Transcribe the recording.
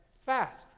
fast